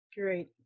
Great